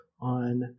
on